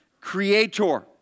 creator